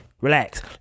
relax